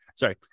Sorry